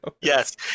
yes